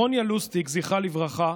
ברוניה לוסטיג, זכרה לברכה,